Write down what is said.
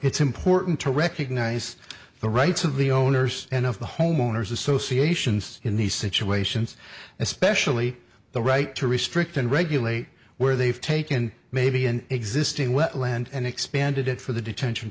it's important to recognize the rights of the owners and of the homeowners associations in these situations especially the right to restrict and regulate where they've taken maybe an existing wetland and expanded it for the detention